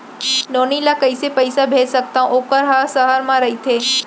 नोनी ल कइसे पइसा भेज सकथव वोकर ह सहर म रइथे?